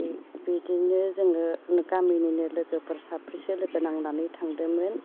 बिदिनो जोङो गामिनिनो लोगोफोर साब्रैसो लोगो नांनानै थांदोमोन